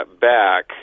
back